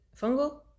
Fungal